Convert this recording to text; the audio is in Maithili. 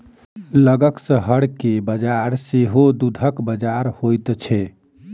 लगक शहर के बजार सेहो दूधक बजार होइत छै